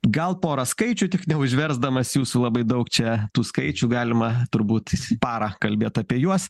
gal porą skaičių tik neužversdamas jūsų labai daug čia tų skaičių galima turbūt parą kalbėt apie juos